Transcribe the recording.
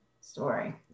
story